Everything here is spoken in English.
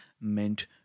meant